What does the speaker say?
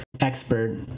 expert